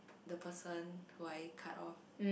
the person who I cut off